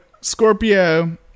Scorpio